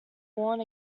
warn